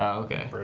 ok.